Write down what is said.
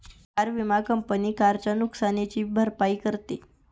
car विमा company कारच्या नुकसानीची भरपाई करते